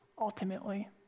ultimately